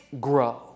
grow